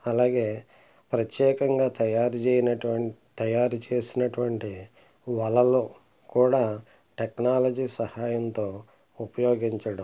అలాగే ప్రత్యేకంగా తయారు చేయనటువంటి తయారుచేసినటువంటి వలలు కూడా టెక్నాలజీ సహాయంతో ఉపయోగించడం